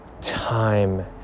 time